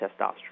testosterone